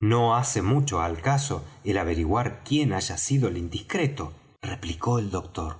no hace mucho al caso el averiguar quién haya sido el indiscreto replicó el doctor